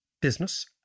business